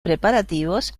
preparativos